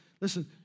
listen